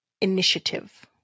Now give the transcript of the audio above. initiative